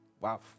Wow